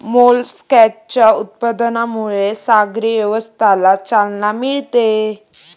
मोलस्काच्या उत्पादनामुळे सागरी अर्थव्यवस्थेला चालना मिळते